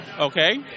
okay